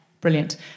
Brilliant